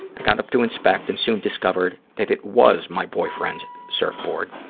i got up to inspect and soon discovered that it was my boyfriend's surfboard,